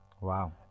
wow